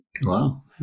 Wow